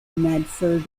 medford